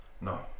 No